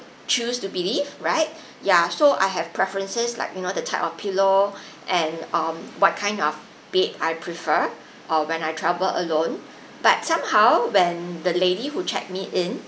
choose to believe right ya so I have preferences like you know the type of pillow and um what kind of bed I prefer or when I travel alone but somehow when the lady who checked me in